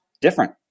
different